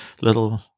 little